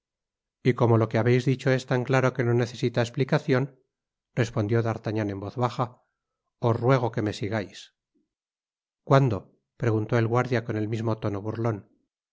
y como lo que babeis dicho es tan claro que no necesita esplicacion respondió d'artagnan en voz baja os ruego que me sigais cuando preguntó el guardia con el mismo tono burlon